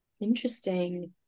Interesting